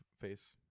face